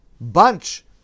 bunch